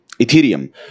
Ethereum